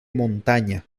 montaña